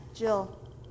Jill